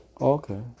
Okay